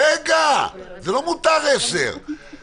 רגע, זה לא "מותר 10,000 ש"ח".